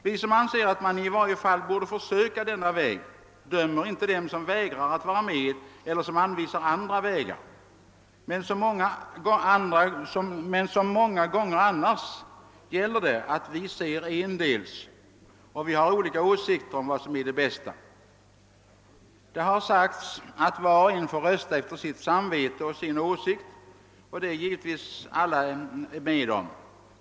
Vi som anser att man i varje fall borde försöka pröva denna väg dömer inte dem som vägrar att vara med eller som anvisar andra vägar, men liksom så många gånger annars gäller det att vi ser endels, och vi har olika åsikter om vad som är det bästa. Det har sagts att var och en får rösta efter sitt samvete och sin åsikt, och detta är givetvis alla med om.